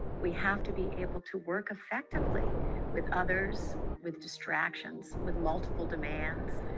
we have to be able to work effectively with others with distractions with multiple demands.